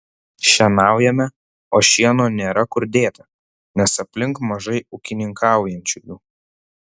šienaujame o šieno nėra kur dėti nes aplink mažai ūkininkaujančiųjų